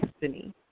destiny